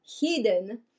hidden